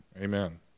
Amen